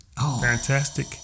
Fantastic